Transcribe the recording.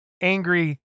angry